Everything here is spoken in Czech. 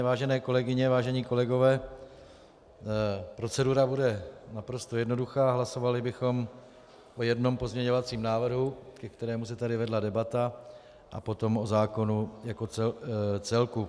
Vážené kolegyně, vážení kolegové, procedura bude naprosto jednoduchá, hlasovali bychom o jednom pozměňovacím návrhu, ke kterému se tady vedla debata, a potom o zákonu jako celku.